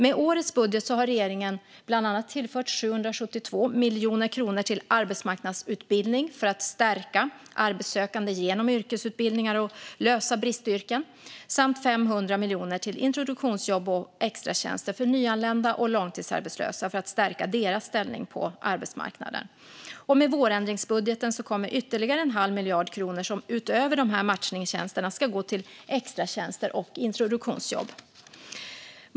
Med årets budget har regeringen bland annat 772 miljoner kronor till arbetsmarknadsutbildning för att stärka arbetssökande genom yrkesutbildningar och lösa bristyrken samt 500 miljoner till introduktionsjobb och extratjänster för nyanlända och långtidsarbetslösa för att stärka deras ställning på arbetsmarknaden. Med vårändringsbudgeten kommer ytterligare en halv miljard kronor som utöver matchningstjänsterna ska gå till extratjänster och introduktionsjobb.